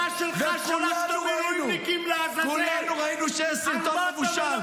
וכולנו ראינו שיש סרטון מבושל.